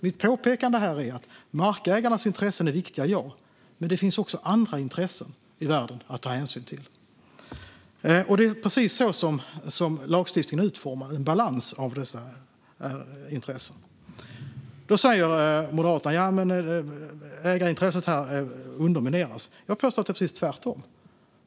Mitt påpekande är att visst är markägarnas intressen viktiga, men det finns också andra intressen i världen att ta hänsyn till. Det är precis så lagstiftningen är utformad, med en balans mellan dessa intressen. Då säger Moderaterna att ägarintresset undermineras. Jag påstår att det är precis tvärtom.